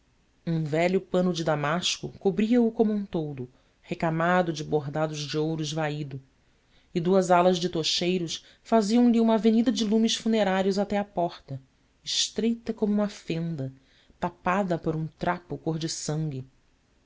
um velho pano de damasco cobria o como um toldo recamado de bordados de ouro esvaído e duas alas de tocheiros faziam-lhe uma avenida de lumes funerários até à porta estreita como uma fenda tapada por um traço cor de sangue